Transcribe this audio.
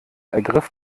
ergriff